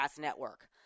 network